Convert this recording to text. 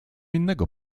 innego